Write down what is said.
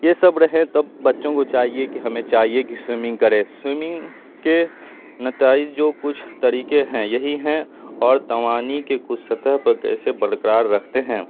یہ سب رہیں تب بچوں کو چاہیے کہ ہمیں چاہیے کہ سوئمنگ کریں سوئمنگ کے نتائج جو کچھ طریقے ہیں یہی ہیں اور توانائی کے کچھ سطح پہ کیسے برقرار رکھتے ہیں